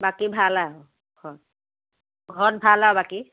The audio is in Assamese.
বাকী ভাল আৰু ঘৰত ঘৰত ভাল আৰু বাকী